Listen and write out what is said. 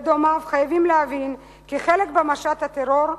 ודומיהם חייבים להבין כי חלק במשט הטרור,